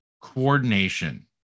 coordination